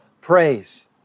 praise